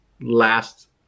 last